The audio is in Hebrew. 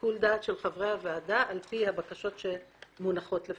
שיקול דעתם של חברי הוועדה ועל פי הבקשות שמונחות לפניה.